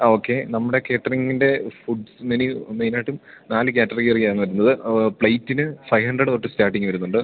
okay നമ്മുടെ കാറ്ററിംഗിൻ്റെ food menu മെയ്നായിട്ടും നാല് കാറ്ററിംഗ് ഏറിയാണ് വരുന്നത് പ്ലേറ്റിന് ഫൈ ഹൺഡ്രഡ് തൊട്ട് സ്റ്റാട്ടിംഗ് വരുന്നുണ്ട്